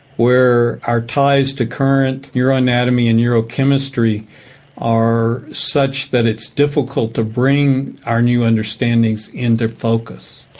where our ties to current neuro-anatomy and neurochemistry are such that it's difficult to bring our new understandings into focus.